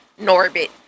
Norbit